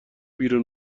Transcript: بیرون